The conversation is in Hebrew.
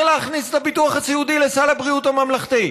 להכניס את הביטוח הסיעודי לסל הבריאות הממלכתי.